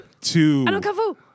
two